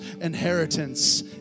inheritance